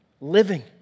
living